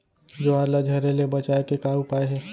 ज्वार ला झरे ले बचाए के का उपाय हे?